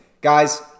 guys